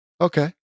Okay